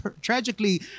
tragically